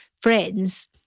friends